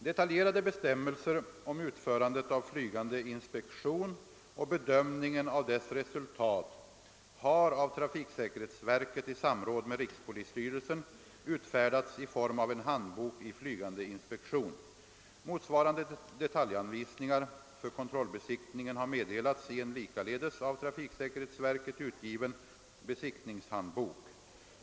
Detaljerade bestämmelser om utförandet av flygande inspektion och bedömningen av dess resultat har av trafiksäkerhetsverket i samråd med rikspolisstyrelsen utfärdats i form av >»Handbok i flygande inspektion». Motsvarande detaljanvisningar för kontrollbesiktningen har meddelats i en likaledes av trafiksäkerhetsverket utgiven »Besiktningshandbok«.